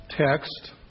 text